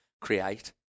create